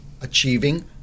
achieving